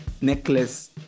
necklace